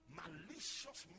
malicious